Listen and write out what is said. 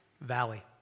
valley